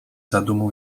zadumą